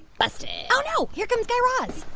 busted. oh, no. here comes guy raz.